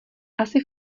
asi